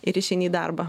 ir išeini į darbą